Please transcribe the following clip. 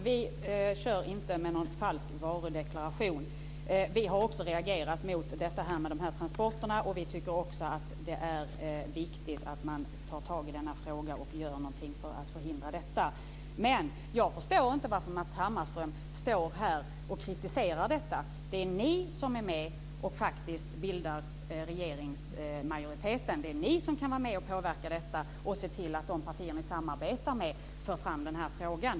Fru talman! Vi kör inte med någon falsk varudeklaration. Vi har också reagerat mot transporterna, och vi tycker också att det är viktigt att man tar tag i frågan och gör något för att förhindra detta. Jag förstår inte varför Matz Hammarström kritiserar detta. Det är ni som är med och bildar regeringsmajoritet. Det är ni som kan vara med och påverka detta och se till att de partier ni samarbetar med för fram den här frågan.